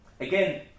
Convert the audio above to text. Again